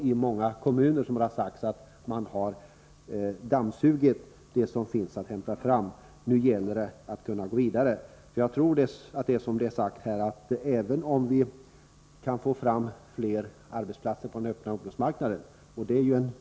I många kommuner har man nämligen ”dammsugit” för att få fram det som finns att hämta — nu gäller det att kunna gå vidare. Som det sagts här tror jag att även om vi kan få fram fler arbetsplatser på den öppna arbetsmarknaden — vilket f.ö.